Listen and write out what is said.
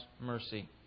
mercy